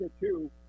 two